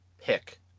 pick